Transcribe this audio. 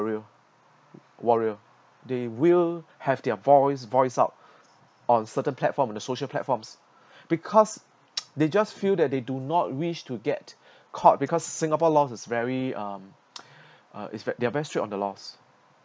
warrior they will have their voice voiced out on certain platform on the social platforms because they just feel that they do not wish to get caught because s~ singapore laws is very um uh is ve~ they're very strict on the laws